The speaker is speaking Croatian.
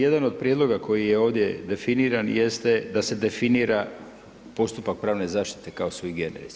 Jedan od prijedloga koji je ovdje definiran jeste da se definira postupak pravne zaštite kao sui generis.